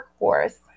workhorse